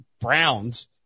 Browns